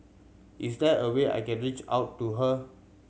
is there a way I can reach out to her